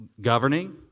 governing